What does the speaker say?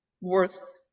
worth